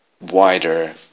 wider